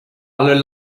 alle